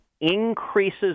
increases